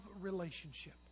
relationship